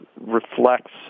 reflects